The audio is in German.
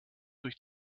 durch